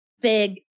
big